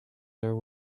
their